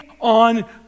on